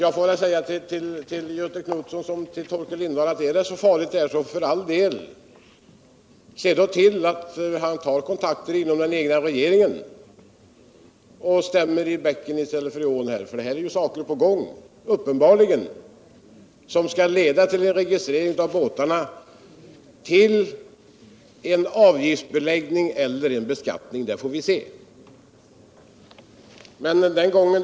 Jag får därför säga ull Göthe Knutson liksom till Torkel Lindahl: Om det är så förfärligt farligt så se för all del till att ta kontakter inom den egna regeringen, och stäm hellre i bäcken än i ån! För här är uppenbarligen saker på gång, som skall leda till registrering av båtarna för en avgiftsbeläggning eller beskattning. Vilket det blir får vi se så småningom.